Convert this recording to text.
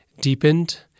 deepened